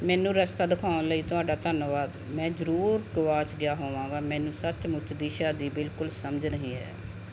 ਮੈਨੂੰ ਰਸਤਾ ਦਿਖਾਉਣ ਲਈ ਤੁਹਾਡਾ ਧੰਨਵਾਦ ਮੈਂ ਜ਼ਰੂਰ ਗੁਆਚ ਗਿਆ ਹੋਵਾਂਗਾ ਮੈਨੂੰ ਸੱਚਮੁੱਚ ਦਿਸ਼ਾ ਦੀ ਬਿਲਕੁਲ ਸਮਝ ਨਹੀਂ ਹੈ